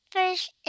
First